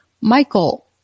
Michael